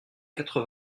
quatre